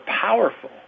powerful